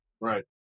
Right